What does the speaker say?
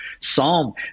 psalm